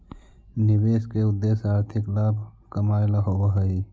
निवेश के उद्देश्य आर्थिक लाभ कमाएला होवऽ हई